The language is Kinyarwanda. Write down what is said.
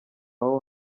aho